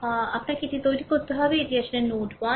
আহ আপনাকে এটি তৈরি করতে হবে এটি আসলে নোড 1